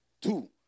two